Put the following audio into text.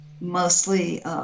mostly